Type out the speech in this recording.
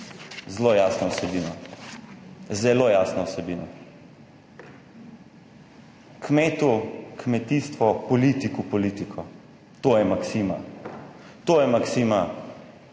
zelo jasno vsebino. Zelo jasno vsebino. Kmetu - kmetijstvo, politiku - politiko, to je maksima. To je maksima